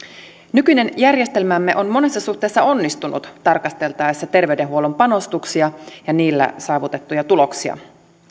nykyinen järjestelmämme on monessa suhteessa onnistunut tarkasteltaessa terveydenhuollon panostuksia ja niillä saavutettuja tuloksia